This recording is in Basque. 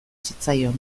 zitzaion